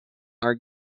are